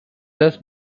less